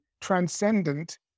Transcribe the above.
transcendent